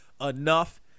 enough